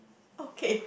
okay